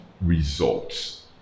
results